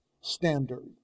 standard